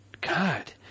God